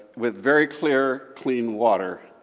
with very clear, clean water,